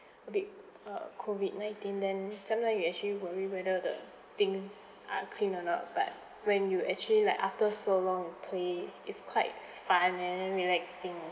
a bit uh COVID nineteen then sometimes you actually worry whether the things are clean or not but when you actually like after so long play it's quite fun and then relaxing